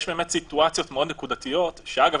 יש סיטואציות מאוד נקודתיות שאגב,